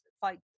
fight